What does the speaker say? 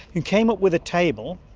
and came up with a table.